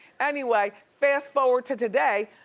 anyway, fast forward to today.